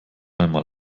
einmal